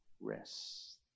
rest